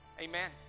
amen